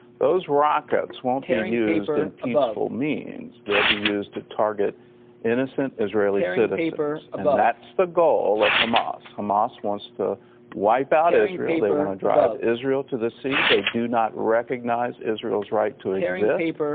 those rockets won't be used in peaceful means. they'll be used to target innocent israeli citizens, and that's the goal of hamas. hamas wants to wipe out israel. they want to drive israel to the sea. they do not recognize israel's right to exist,